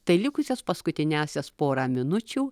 tai likusias paskutiniąsias porą minučių